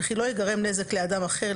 וכי לא ייגרם נזק לאדם אחר,